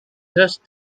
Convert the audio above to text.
just